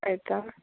ಆಯಿತಾ